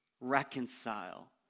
reconcile